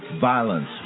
violence